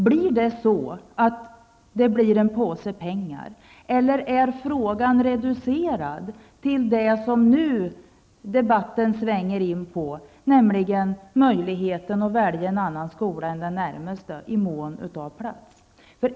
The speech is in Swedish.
Blir det en påse pengar, eller är hela frågan reducerad till det som debatten nu handlar om, nämligen om ökade möjligheter att välja en annan skola än den närmaste i mån av plats?